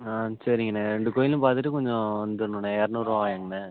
ஆ சரிங்கண்ண ரெண்டு கோயிலும் பார்த்துட்டு கொஞ்சம் வந்துடணுண்ண இருநூறுபாயாங்கண்ண